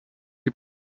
die